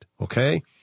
okay